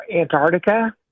Antarctica